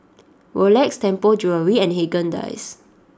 Rolex Tianpo Jewellery and Haagen Dazs